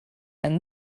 and